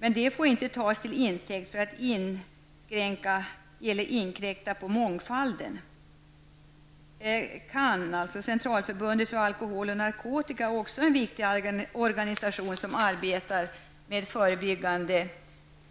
Men det får inte tas till intäkt för att inskränka mångfalden i detta budskap. CAN, Centralförbundet för alkohol och narkotika, är också en viktig organisation som arbetar med förebyggande